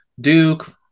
Duke